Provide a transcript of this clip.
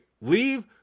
leave